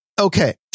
Okay